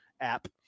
app